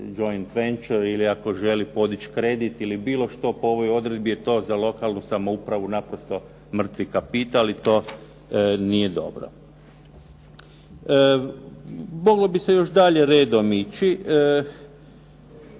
"joint venture" ili ako želi podići kredit ili bilo što po ovoj odredbi je to za lokalnu samoupravu naprosto mrtvi kapital i to nije dobro. Moglo bi se još dalje redom ići.